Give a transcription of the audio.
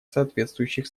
соответствующих